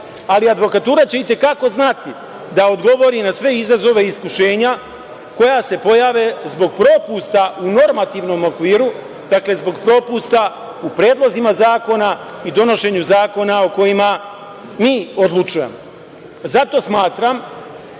ali advokatura će i te kako znati da odgovori na sve izazove i iskušenja koja se pojave zbog propusta u normativnom okviru, dakle, zbog propusta u predlozima zakona i donošenju zakona o kojima mi odlučujemo. Zato smatram